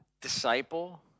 disciple